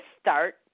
start